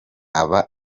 aba